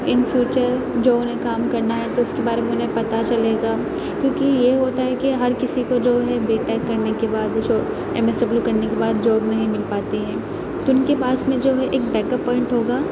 ان future جو انہیں کام کرنا ہے تو اس کے بارے میں انہیں پتہ چلے گا کیونکہ یہ ہوتا ہے کہ ہر کسی کو جو ہے بی ٹیک کرنے کے بعد جو ایم ایس ڈبلیو کرنے کے بعد جاب نہیں مل پاتی ہے تو ان کے پاس میں جو ہے ایک بیک اپ پوائنٹ ہوگا